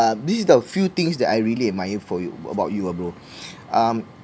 uh this is the few things that I really admire for you about you ah bro um